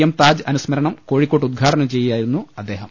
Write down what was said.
M Taj അനു സ്മരണം കോഴിക്കോട്ട് ഉദ്ഘാടനം ചെയ്യുകയായിരുന്നു അദ്ദേഹം